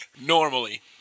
normally